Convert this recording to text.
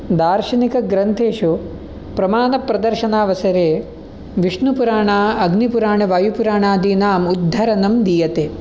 दार्शनिकग्रन्थेषु प्रमानप्रदर्शनावसरे विष्णुपुराण अग्निपुराणवायुपुराणादीनाम् उद्धरनं दीयते